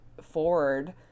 forward